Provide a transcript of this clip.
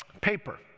paper